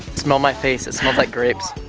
smell my face, it smells like grapes.